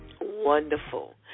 wonderful